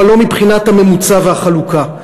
אבל לא מבחינת הממוצע והחלוקה.